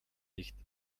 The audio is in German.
nicht